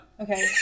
Okay